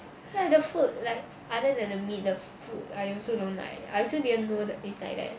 ya the food like other than the meat the food I also don't like I also didn't know that it's like that